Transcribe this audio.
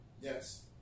Yes